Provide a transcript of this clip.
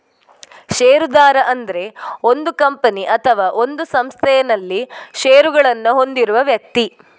ಷೇರುದಾರ ಅಂದ್ರೆ ಒಂದು ಕಂಪನಿ ಅಥವಾ ಒಂದು ಸಂಸ್ಥೆನಲ್ಲಿ ಷೇರುಗಳನ್ನ ಹೊಂದಿರುವ ವ್ಯಕ್ತಿ